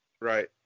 right